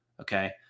Okay